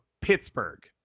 Pittsburgh